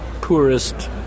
poorest